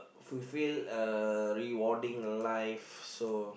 fulfill uh rewarding the life so